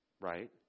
right